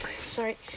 Sorry